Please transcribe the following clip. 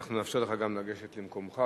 לך גם לגשת למקומך,